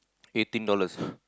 eighteen dollars